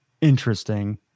interesting